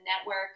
network